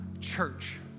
church